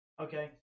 Okay